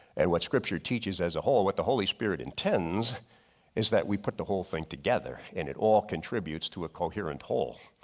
and what scripture teaches as a whole what the holy spirit and is that we put the whole thing together and it all contributes to a coherent whole.